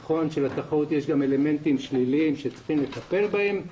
נכון שבתחרות יש גם אלמנטים שליליים שצריכים לטפל בהם,